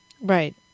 Right